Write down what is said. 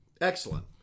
excellent